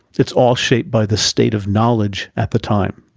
it's all shaped by the state of knowledge at the time.